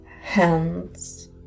hands